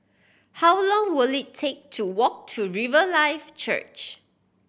how long will it take to walk to Riverlife Church